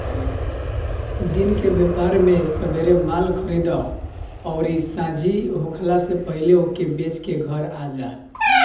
दिन कअ व्यापार में सबेरे माल खरीदअ अउरी सांझी होखला से पहिले ओके बेच के घरे आजा